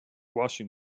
washing